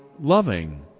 loving